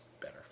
better